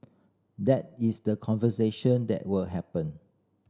that is the conversation that will happen